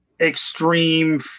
extreme